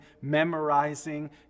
memorizing